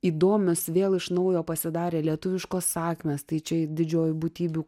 įdomios vėl iš naujo pasidarė lietuviškos sakmės tai čia didžiojoj būtybių